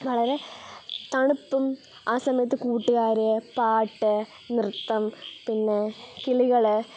വളരെ തണുപ്പും ആ സമയത്ത് കൂട്ടുകാർ പാട്ട് നൃത്തം പിന്നെ കിളികൾ